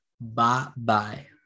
Bye-bye